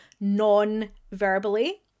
non-verbally